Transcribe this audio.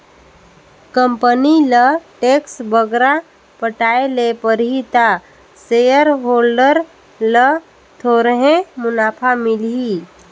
company ल tax बगरा पटाए ले परही ता सेयर होल्डर ल थोरहें मुनाफा मिलही